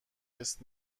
احساس